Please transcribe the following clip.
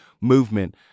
movement